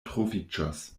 troviĝos